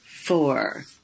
four